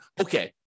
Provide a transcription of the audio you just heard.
okay